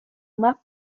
más